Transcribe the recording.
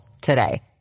today